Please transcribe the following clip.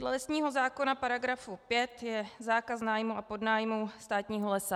Dle lesního zákona § 5 je zákaz nájmu a podnájmu státního lesa.